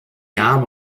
jahr